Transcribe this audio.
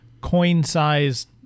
coin-sized